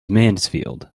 mansfield